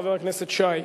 חבר הכנסת שי.